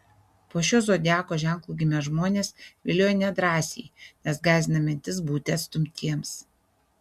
po šiuo zodiako ženklu gimę žmonės vilioja nedrąsiai nes gąsdina mintis būti atstumtiems